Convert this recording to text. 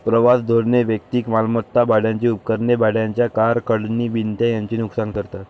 प्रवास धोरणे वैयक्तिक मालमत्ता, भाड्याची उपकरणे, भाड्याच्या कार, खंडणी विनंत्या यांचे नुकसान करतात